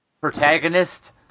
protagonist